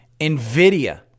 NVIDIA